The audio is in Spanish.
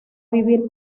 vivir